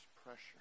pressure